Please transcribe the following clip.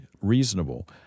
reasonable